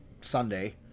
Sunday